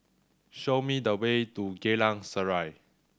show me the way to Geylang Serai